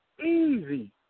easy